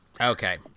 Okay